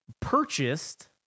purchased